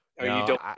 No